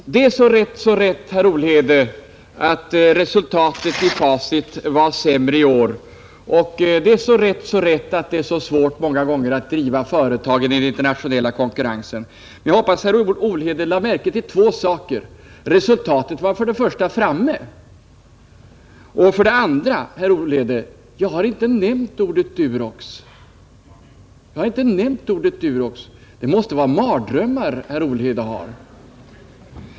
Herr talman! Det är så rätt, så rätt, herr Olhede, att resultatet för Facit var sämre i år, och det är så rätt, så rätt att det många gånger är av försöken att vidga svårt att driva företag i den internationella konkurrensen. Men jag hoppas att herr Olhede lade märke till två saker: för det första var resultatet dock framme; för det andra har jag inte nämnt ordet Durox. Herr Olhede måste ha mardrömmar.